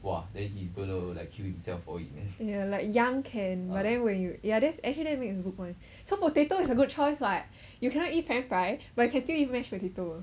yeah like young can but then when you yeah that actually that makes a good point so potato is a good choice what you cannot eat french fry but you can still eat mash potato